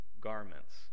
garments